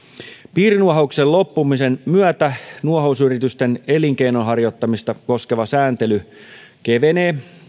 piirinuohouksen loppumisen myötä nuohousyritysten elinkeinon harjoittamista koskeva sääntely kevenee